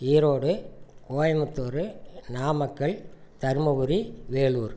Erode Coimbatore Namakkal Dharmapuri Vellore